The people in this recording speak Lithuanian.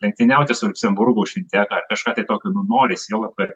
lenktyniauti su liuksemburgu už finteką ar kažką tai tokio nu norisi juolab kad